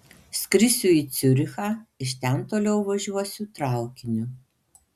skrisiu į ciurichą iš ten toliau važiuosiu traukiniu